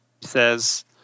says